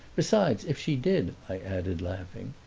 besides, if she did, i added, laughing,